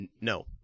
No